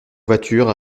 voiture